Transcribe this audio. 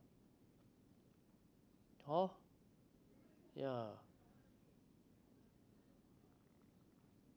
hor ya